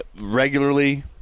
regularly